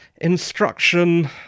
instruction